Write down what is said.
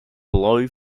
blow